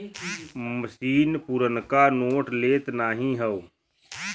मसीन पुरनका नोट लेत नाहीं हौ